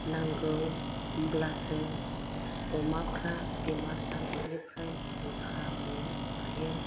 नांगौ होमब्लासो अमाफ्रा बेमार जानायनिफ्राय रैखा मोननो हायो